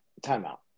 timeout